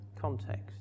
context